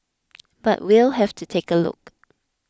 but we'll have to take a look